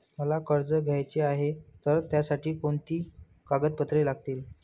मला कर्ज घ्यायचे आहे तर त्यासाठी कोणती कागदपत्रे लागतील?